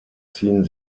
ziehen